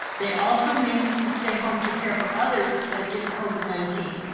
they also may need to stay home to care for others that get covid nineteen.